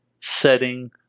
setting